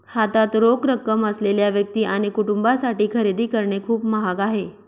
हातात रोख रक्कम असलेल्या व्यक्ती आणि कुटुंबांसाठी खरेदी करणे खूप महाग आहे